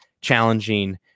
challenging